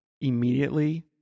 Immediately